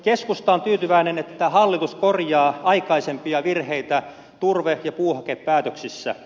keskusta on tyytyväinen että hallitus korjaa aikaisempia virheitä turve ja puuhakepäätöksissä